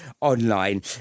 online